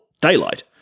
daylight